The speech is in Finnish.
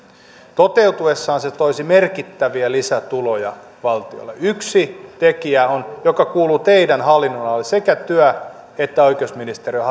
toteutuessaan se toisi merkittäviä lisätuloja valtiolle yksi tekijä joka kuuluu teidän hallinnonalallenne sekä työ että oikeusministeriön